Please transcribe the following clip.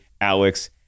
Alex